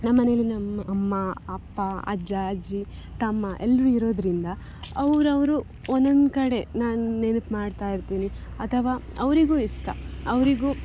ನಮ್ಮ ಮನೆಲಿ ನಮ್ಮ ಅಮ್ಮ ಅಪ್ಪ ಅಜ್ಜ ಅಜ್ಜಿ ತಮ್ಮ ಎಲ್ಲರೂ ಇರೋದರಿಂದ ಅವರವ್ರು ಒಂದೊಂದು ಕಡೆ ನಾನು ನೆನಪು ಮಾಡ್ತಾಯಿರ್ತೀನಿ ಅಥವಾ ಅವರಿಗೂ ಇಷ್ಟ ಅವ್ರಿಗೂ